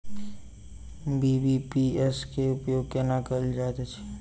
BBPS केँ उपयोग केना कएल जाइत अछि?